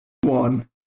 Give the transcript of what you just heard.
One